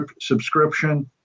subscription